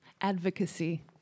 advocacy